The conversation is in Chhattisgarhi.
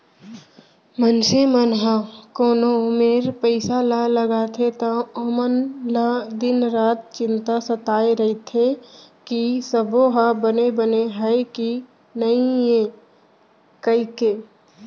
मनसे मन ह कोनो मेर पइसा ल लगाथे त ओमन ल दिन रात चिंता सताय रइथे कि सबो ह बने बने हय कि नइए कइके